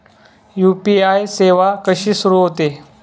UPI सेवा कशी सुरू होते?